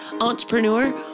Entrepreneur